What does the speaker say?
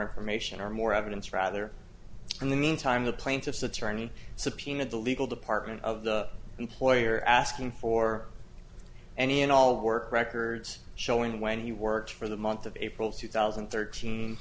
information or more evidence rather in the meantime the plaintiff's attorney subpoenaed the legal department of the employer asking for any and all work records showing when he worked for the month of april two thousand and thirteen